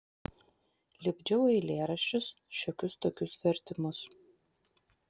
lipdžiau eilėraščius šiokius tokius vertimus